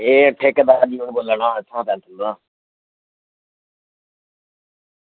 एह् ठेकेदार जी होर बोल्ला ना इत्थां फैक्ट्री दा